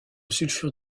sulfure